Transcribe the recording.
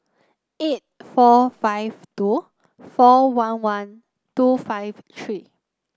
eight four five two four one one two five three